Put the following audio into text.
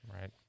Right